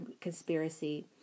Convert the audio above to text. Conspiracy